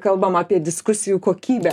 kalbam apie diskusijų kokybę